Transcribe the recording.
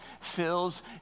fills